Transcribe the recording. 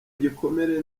igikomere